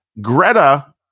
Greta